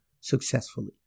successfully